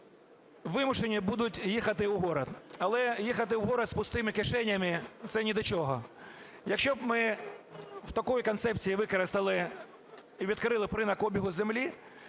вимушені будуть їхати у город, але їхати у город з пустими кишенями – це ні до чого. Якщо б ми в такій концепції використали і відкрили б ринок обігу землі,